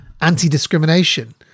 Anti-discrimination